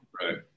Right